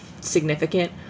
significant